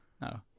No